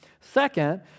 Second